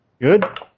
Good